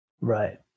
Right